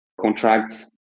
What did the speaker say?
contracts